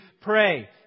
pray